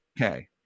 Okay